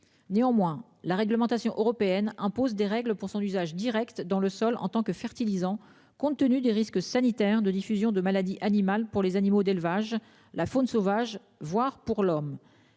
néanmoins la réglementation européenne impose des règles pour son usage direct dans le sol en tant que fertilisant, compte tenu des risques sanitaires de diffusion de maladies animales pour les animaux d'élevage. La faune sauvage, voire pour l'homme.